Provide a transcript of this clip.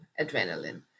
adrenaline